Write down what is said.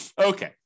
Okay